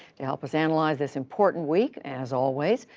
to help us analyze this important week, as always,